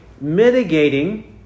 mitigating